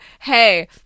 hey